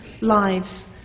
lives